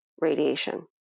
radiation